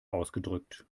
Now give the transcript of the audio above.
ausgedrückt